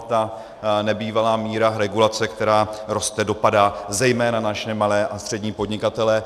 Ta nebývalá míra regulace, která roste, dopadá zejména na naše malé a střední podnikatele.